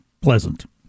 pleasant